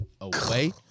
away